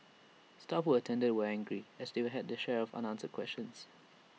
staff who attended were angry as they had their share of unanswered questions